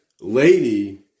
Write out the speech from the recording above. lady